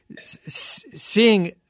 seeing